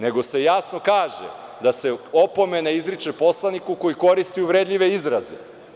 Nego se jasno kaže da se opomena izriče poslaniku koji koristi uvredljive izraze.